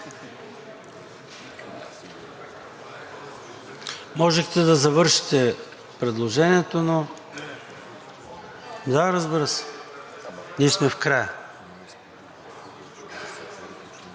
Можехте да завършите предложението, но… (Реплики.) Да, разбира се, ние сме в края.